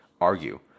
argue